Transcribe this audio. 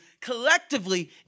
collectively